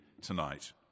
tonight